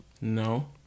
no